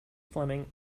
fleming